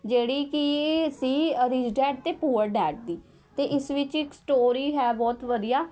ਜਿਹੜੀ ਕਿ ਸੀ ਰਿੱਚ ਡੈਡ ਅਤੇ ਪੂਅਰ ਡੈਡ ਦੀ ਅਤੇ ਇਸ ਵਿੱਚ ਇੱਕ ਸਟੋਰੀ ਹੈ ਬਹੁਤ ਵਧੀਆ